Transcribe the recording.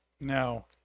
Now